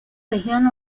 región